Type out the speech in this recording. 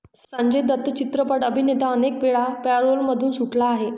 संजय दत्त चित्रपट अभिनेता अनेकवेळा पॅरोलमधून सुटला आहे